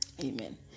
amen